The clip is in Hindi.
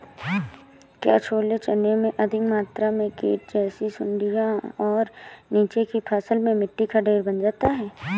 क्या छोले चने में अधिक मात्रा में कीट जैसी सुड़ियां और नीचे की फसल में मिट्टी का ढेर बन जाता है?